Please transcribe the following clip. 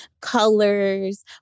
Colors